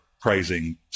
praising